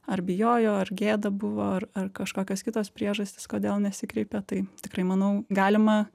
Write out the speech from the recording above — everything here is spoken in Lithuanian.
ar bijojo ar gėda buvo ar ar kažkokios kitos priežastys kodėl nesikreipė tai tikrai manau galima